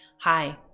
Hi